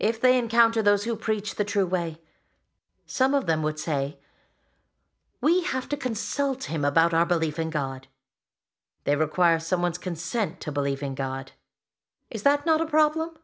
if they encounter those who preach the true way some of them would say we have to consult him about our belief in god they require someone's consent to believe in god is that not a problem